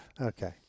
Okay